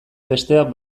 besteak